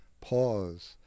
pause